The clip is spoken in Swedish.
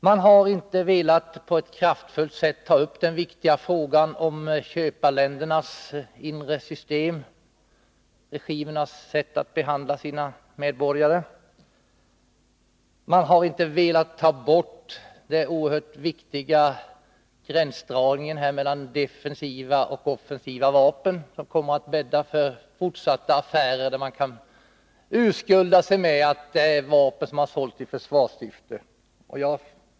Man har inte på ett kraftfullt sätt velat ta upp den viktiga frågan om köparländernas inre system, dessa regimers sätt att behandla sina medborgare. Man har inte velat ta bort den oerhört viktiga gränsdragningen mellan defensiva och offensiva vapen, vilket kommer att bädda för fortsatta affärer, där man kan urskulda sig med att vapnen har sålts i försvarssyfte.